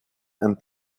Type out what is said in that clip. and